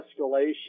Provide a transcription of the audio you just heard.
escalation